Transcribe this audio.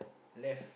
left